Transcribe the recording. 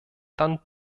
dann